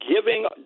giving